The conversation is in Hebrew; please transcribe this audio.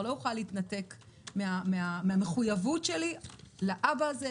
לא אוכל להתנתק מן המחויבות שלי לאבא הזה,